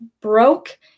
broke